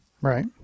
Right